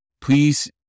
Please